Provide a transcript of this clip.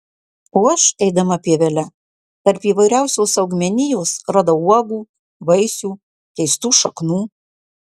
o aš eidama pievele tarp įvairiausios augmenijos radau uogų vaisių keistų šaknų